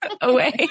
away